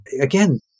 Again